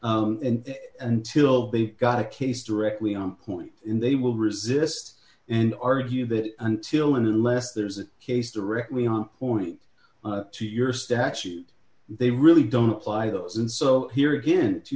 and until they've got a case directly on point in they will resist and argue that until and unless there's a case directly on point to your statute they really don't apply those and so here again two